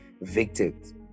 victims